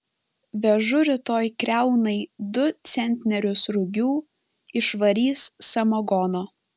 vežu rytoj kriaunai du centnerius rugių išvarys samagono